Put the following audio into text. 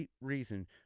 reason